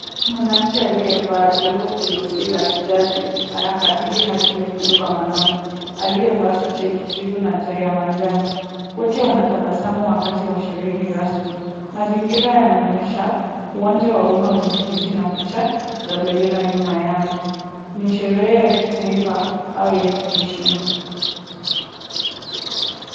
Mwanamke aliyevaa joho jeusi la kijaji anakabidhi hati nyekundu kwa mwanume aliyevaa suti ya kijivu na tai ya manjano. Wote wanatabasamu wakati wa sherehe rasmi. Mazingira yanaonyesha uwanja wa umma wenye viti na picha za bendera nyuma yao. Ni sherehe ya kitaifa au ya kiheshima.